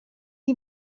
die